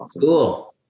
Cool